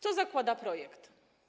Co zakłada projekt?